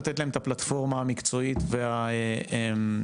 לתת להם את הפלטפורמה המקצועית ואת